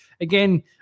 again